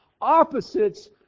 Opposites